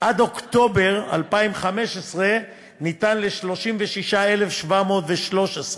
עד אוקטובר 2015 ניתן שירות ל-36,713.